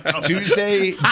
Tuesday